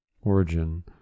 Origin